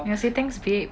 ya say thanks babe